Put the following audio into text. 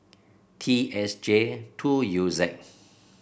T S J two U Z